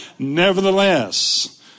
Nevertheless